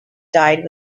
died